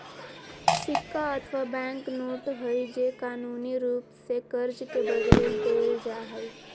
सिक्का अथवा bank note हइ जे कानूनी रूप से कर्ज के बदले देल जा हइ